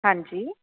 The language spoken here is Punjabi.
ਹਾਂਜੀ